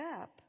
up